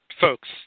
folks